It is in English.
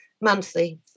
monthly